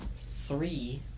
three